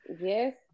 yes